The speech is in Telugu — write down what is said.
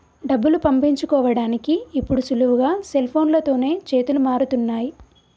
డబ్బులు పంపించుకోడానికి ఇప్పుడు సులువుగా సెల్ఫోన్లతోనే చేతులు మారుతున్నయ్